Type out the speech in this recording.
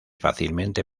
fácilmente